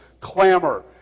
clamor